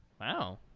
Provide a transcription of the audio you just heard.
Wow